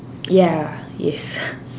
ya yes